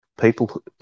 people